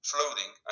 Floating